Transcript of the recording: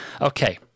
Okay